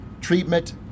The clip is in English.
treatment